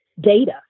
data